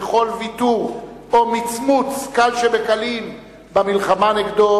וכל ויתור או מצמוץ קל שבקלים במלחמה נגדו